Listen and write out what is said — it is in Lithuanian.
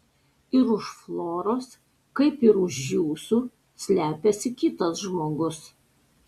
ir už floros kaip ir už jūsų slepiasi kitas žmogus